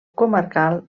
comarcal